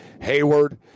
Hayward